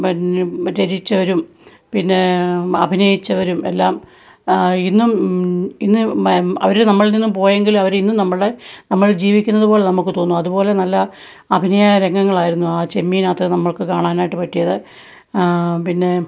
പിന്നെ രചിച്ചവരും പിന്നേ അഭിനയിച്ചവരും എല്ലാം ഇന്നും ഇന്ന് അവര് നമ്മളിൽ നിന്നും പോയെങ്കില് അവരിന്നും നമ്മളുടെ നമ്മൾ ജീവിക്കുന്നപോലെ നമ്മള്ക്ക് തോന്നും അതുപോലെ നല്ല അഭിനയ രംഗങ്ങളായിരുന്നു ആ ചെമ്മീനകത്ത് നമ്മള്ക്കു കാണാനായിട്ടു പറ്റിയത് പിന്നെ